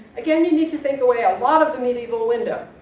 again, you need to take away a lot of the medieval window,